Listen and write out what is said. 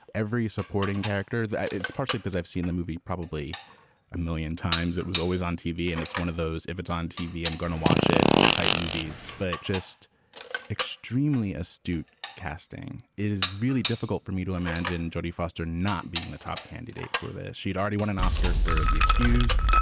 every supporting character, that it's partly because i've seen the movie probably a million times. it was always on tv. and it's one of those if it's on tv, i'm going to watch it type movies. but just extremely astute casting is really difficult for me to imagine jodie foster not being the top candidate for this. she'd already won an oscar for the accused.